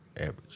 average